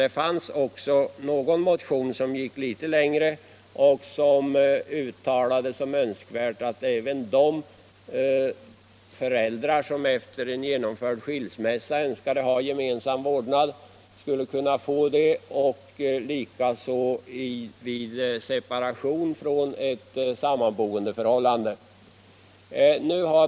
Det fanns också någon motion som gick litet längre och föreslog att även de föräldrar som efter en genomförd skilsmässa önskade gemensam vårdnad skulle kunna få det. Det skulle även gälla vid separation mellan sammanboende.